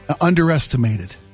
underestimated